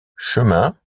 chemin